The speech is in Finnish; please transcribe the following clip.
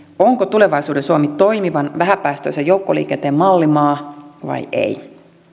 onko tulevaisuuden suomi toimivan vähäpäästöisen joukkoliikenteen mallimaa vai ei